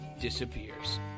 disappears